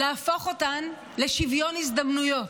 להפוך אותן לשוויון הזדמנויות.